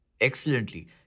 excellently